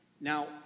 Now